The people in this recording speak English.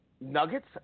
Nuggets